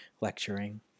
lecturing